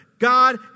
God